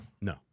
No